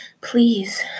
Please